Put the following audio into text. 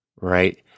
right